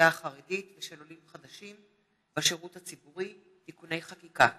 האוכלוסייה החרדית ושל עולים חדשים בשירות הציבורי (תיקוני חקיקה),